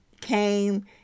came